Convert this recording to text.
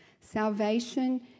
salvation